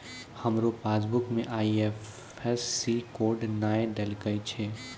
हमरो पासबुक मे IFSC code नै झलकै छै